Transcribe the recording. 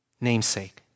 namesake